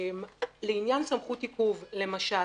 לעניין סמכות עיכוב, למשל.